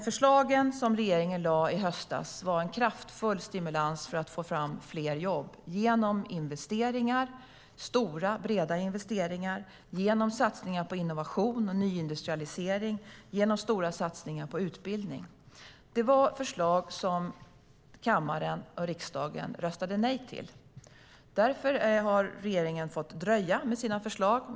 Förslagen som regeringen lade fram i höstas var en kraftfull stimulans för att få fram fler jobb genom stora och breda investeringar, genom satsningar på innovation och nyindustrialisering och genom stora satsningar på utbildning. Det var förslag som riksdagen röstade nej till. Därför har regeringen fått dröja med sina förslag.